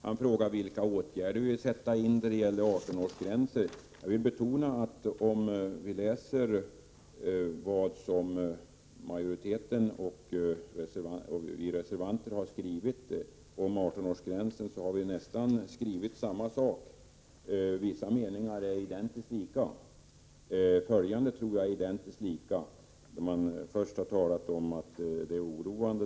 Han frågar vilka åtgärder vi vill sätta in när det gäller 18-årsgränsen. Om man läser vad majoriteten och vi reservanter har skrivit om 18-årsgränsen finner man att vi har skrivit nästan samma sak. Vissa meningar är identiskt lika. Först har vi — både reservanter och utskottsmajoritet — talat om att utvecklingen är oroande.